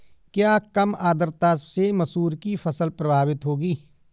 क्या कम आर्द्रता से मसूर की फसल प्रभावित होगी?